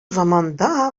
заманда